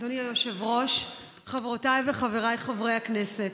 אדוני היושב-ראש, חברותיי וחבריי חברי הכנסת,